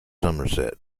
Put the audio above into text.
somerset